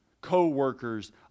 co-workers